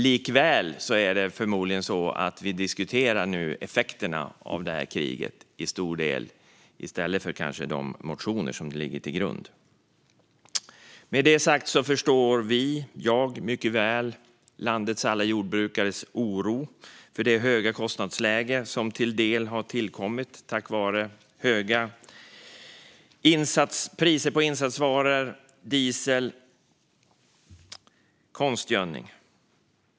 Likväl diskuterar vi nu till stor del effekterna av kriget i stället för de motioner som ligger till grund för betänkandet. Med det sagt förstår jag mycket väl landets alla jordbrukares oro för det höga kostnadsläge som till del har tillkommit på grund av höga priser på insatsvaror, diesel och konstgödning.